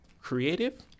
creative